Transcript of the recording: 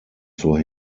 zur